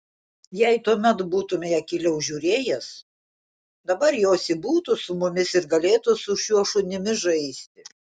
jei tuomet būtumei akyliau žiūrėjęs dabar josi būtų su mumis ir galėtų su šiuo šunimi žaisti